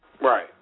Right